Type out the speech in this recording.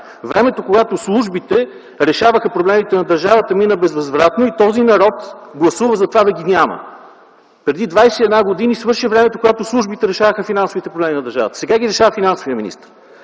Времето, когато службите решаваха проблемите на държавата, мина безвъзвратно и този народ гласува за това да ги няма. Преди 21 години свърши времето, когато службите решаваха финансовите проблеми на държавата, сега ги решава финансовият министър.